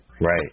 Right